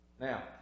Now